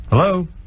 Hello